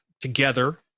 together